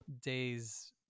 days